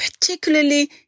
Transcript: particularly